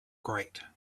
great